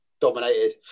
dominated